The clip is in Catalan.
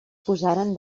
posaren